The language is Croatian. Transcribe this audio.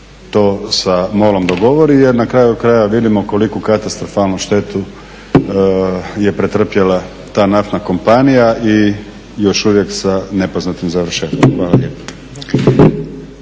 to sa MOL-om dogovori jer na kraju krajeva vidimo koliku katastrofalnu štetu je pretrpjela ta naftna kompanija i još uvijek sa nepoznatim završetkom. Hvala lijepa.